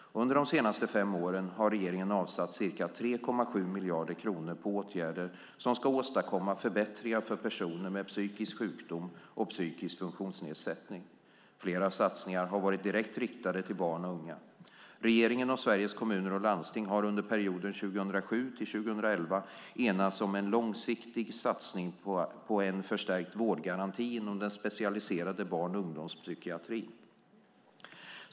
Under de senaste fem åren har regeringen avsatt ca 3,7 miljarder kronor för åtgärder som ska åstadkomma förbättringar för personer med psykisk sjukdom och psykisk funktionsnedsättning. Flera satsningar har varit direkt riktade till barn och unga. Regeringen och Sveriges Kommuner och Landsting har under perioden 2007-2011 enats om en långsiktig satsning på en förstärkt vårdgaranti inom den specialiserade barn och ungdomspsykiatrin.